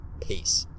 Peace